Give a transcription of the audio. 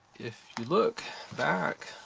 if you look back